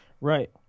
right